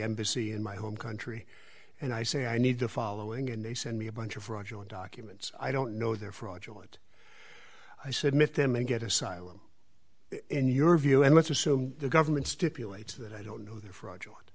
embassy in my home country and i say i need the following and they send me a bunch of fraudulent documents i don't know they're fraudulent i said miss them and get asylum in your view and let's assume the government stipulates that i don't know they're fraudulent